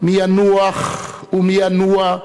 מי ינוח ומי ינוע,